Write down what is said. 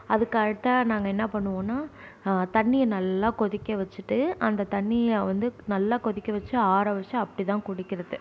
அதுக்கு அடுத்ததாக நாங்கள் என்ன பண்ணுவோன்னால் தண்ணியை நல்லா கொதிக்க வச்சுட்டு அந்த தண்ணியை வந்து நல்லா கொதிக்க வச்சு ஆற வச்சு அப்படிதான் குடிக்கிறது